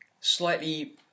slightly